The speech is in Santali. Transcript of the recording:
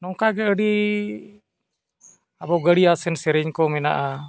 ᱱᱚᱝᱠᱟ ᱜᱮ ᱟᱹᱰᱤ ᱟᱵᱚ ᱜᱟᱺᱲᱤ ᱟᱥᱮᱱ ᱥᱮᱨᱮᱧ ᱠᱚ ᱢᱮᱱᱟᱜᱼᱟ